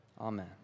Amen